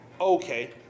okay